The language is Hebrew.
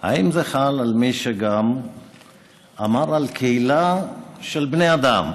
האם זה חל על מי שגם אמר על קהילה של בני אדם,